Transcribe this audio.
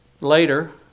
Later